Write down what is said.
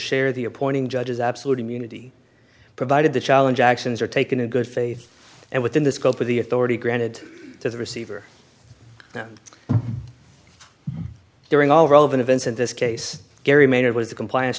share the appointing judges absolute immunity provided the challenge actions are taken in good faith and within the scope of the authority granted to the receiver during all relevant events in this case gary maynard was the compliance